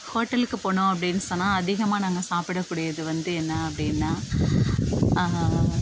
ஹோட்டலுக்கு போனோம் அப்படின் சொன்னா அதிகமாக நாங்கள் சாப்பிடக்கூடியது வந்து என்ன அப்படின்னா